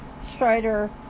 Strider